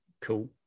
cool